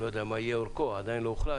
אני לא יודע מה יהיה אורכו, עדיין לא הוחלט